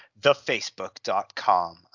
thefacebook.com